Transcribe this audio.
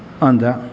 ಅಂತ